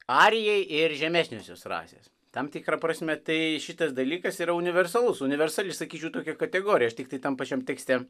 arijai ir žemesniosios rasės tam tikra prasme tai šitas dalykas yra universalus universali sakyčiau tokia kategorija aš tiktai tam pačiam tekste